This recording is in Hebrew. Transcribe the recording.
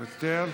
מוותר.